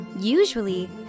Usually